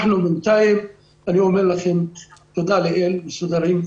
אנחנו בינתיים, אני אומר לכם, תודה לאל, מסודרים.